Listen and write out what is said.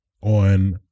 on